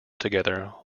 together